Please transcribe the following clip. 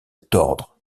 tordre